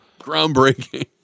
Groundbreaking